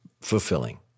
fulfilling